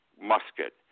musket